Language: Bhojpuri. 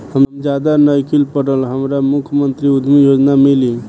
हम ज्यादा नइखिल पढ़ल हमरा मुख्यमंत्री उद्यमी योजना मिली?